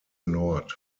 nord